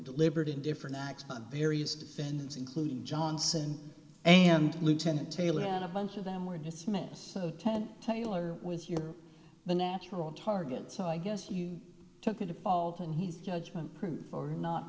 deliberate in different acts by various defendants including johnson and lieutenant taylor and a bunch of them were dismissed of ten taylor was you're the natural target so i guess you took the default and he's judgment proof or not